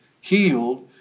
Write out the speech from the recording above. healed